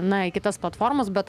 na į kitas platformas bet